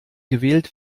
gewählt